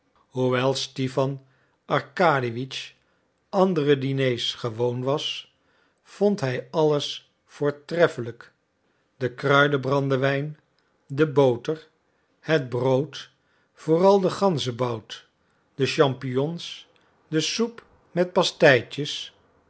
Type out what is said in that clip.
stipan arkadiewitsch andere diners gewoon was vond hij alles voortreffelijk den kruidenbrandewijn de boter het brood vooral den ganzebout de champignons de soep met